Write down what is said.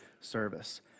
service